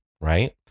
right